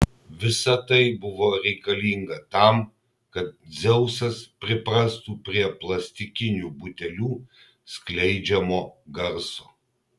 visa tai buvo reikalinga tam kad dzeusas priprastų prie plastikinių butelių skleidžiamo garso